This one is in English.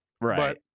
right